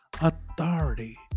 authority